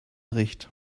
recht